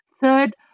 Third